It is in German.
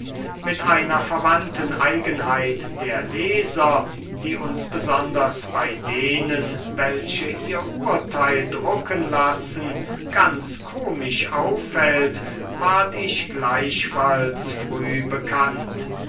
mit einer verwandten eigenheit der leser die uns besonders bei denen welche ihr urteil drucken lassen ganz komisch auffällt ward ich gleichfalls früh bekannt